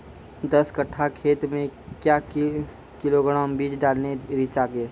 दस कट्ठा खेत मे क्या किलोग्राम बीज डालने रिचा के?